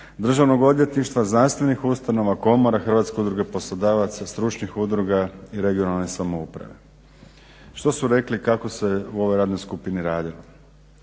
Državnog odvjetništva, znanstvenih ustanova, komora, Hrvatske udruge poslodavaca, stručnih udruga i regionalne samouprave. Što su rekli kako se u ovoj radnoj skupini radilo?